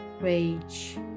Rage